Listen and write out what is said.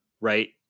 Right